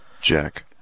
Jack